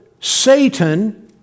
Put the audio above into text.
Satan